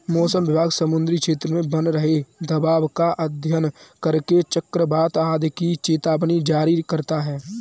मौसम विभाग समुद्री क्षेत्र में बन रहे दबाव का अध्ययन करके चक्रवात आदि की चेतावनी जारी करता है